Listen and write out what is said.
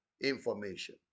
information